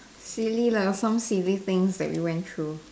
silly lah some silly things that we went through